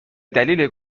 دلیل